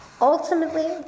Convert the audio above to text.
Ultimately